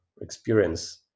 experience